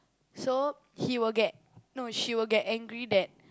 so he will get no she will get angry that